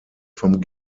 vom